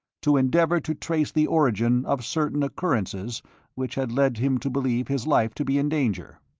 to endeavour to trace the origin of certain occurrences which had led him to believe his life to be in danger.